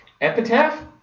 Epitaph